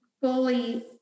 fully